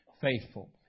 Faithful